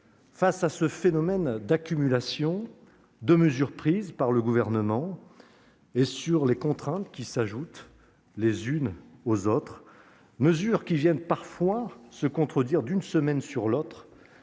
face à cette accumulation de mesures prises par le Gouvernement et aux contraintes qui s'ajoutent les unes aux autres, mesures qui viennent parfois se contredire d'une semaine à l'autre.